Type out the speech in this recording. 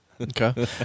Okay